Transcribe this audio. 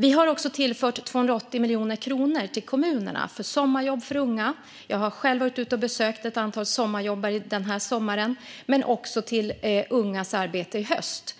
Vi har också tillfört 280 miljoner kronor till kommunerna för sommarjobb för unga - jag har själv varit ute och besökt ett antal sommarjobbare denna sommar - men också till ungas arbete i höst.